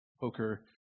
poker